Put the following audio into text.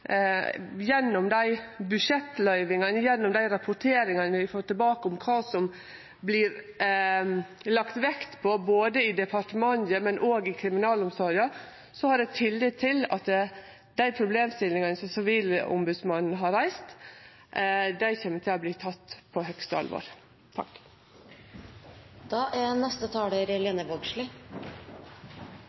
Gjennom dei budsjettløyvingane og gjennom dei rapporteringane vi får tilbake om kva som vert lagt vekt på både i departementet og i kriminalomsorga, har eg tillit til at dei problemstillingane som Sivilombodsmannen har reist, kjem til å verte tekne på høgste alvor.